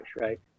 right